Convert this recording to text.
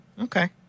Okay